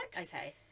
okay